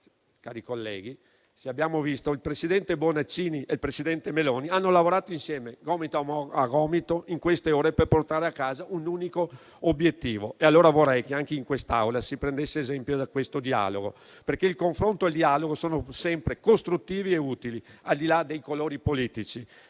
colleghi, abbiamo visto come il presidente Bonaccini e il presidente Meloni hanno lavorato insieme in queste ore, gomito a gomito, per portare a casa un unico obiettivo. Allora vorrei che anche in questa aula si prendesse esempio da questo dialogo, perché il confronto ed il dialogo sono sempre costruttivi e utili, al di là dei colori politici.